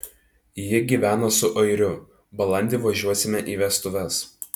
ji gyvena su airiu balandį važiuosime į vestuves